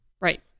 Right